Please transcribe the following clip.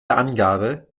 angabe